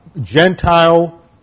Gentile